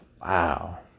wow